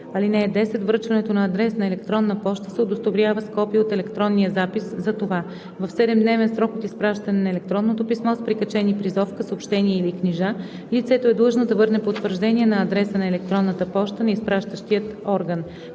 ред. (10) Връчването на адрес на електронна поща се удостоверява с копие от електронния запис за това. В 7-дневен срок от изпращане на електронното писмо с прикачени призовка, съобщение или книжа лицето е длъжно да върне потвърждение на адреса на електронната поща на изпращащия орган.